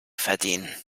verdienen